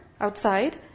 outside